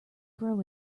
grow